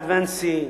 Advansee,